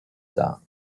dar